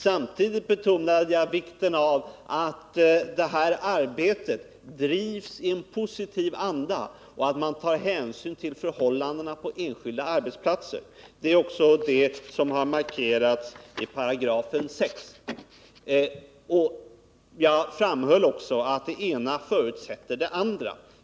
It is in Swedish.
Samtidigt betonade jag vikten 2v att detta arbete bedrivs i en positiv anda och att man tar hänsyn till förhållandena på enskilda arbetsplatser. Det är också det som markerats i 6 §. Jag framhöll också att det ena förutsätter det andra.